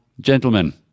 Gentlemen